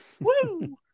Woo